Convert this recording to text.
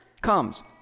comes